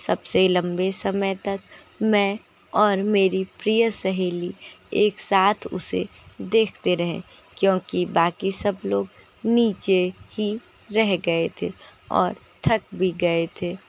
सबसे लंबे समय तक मैं और मेरी प्रिय सहेली एक साथ उसे देखते रहे क्योंकि बाकी सब लोग नीचे ही रह गये थे और थक भी गये थे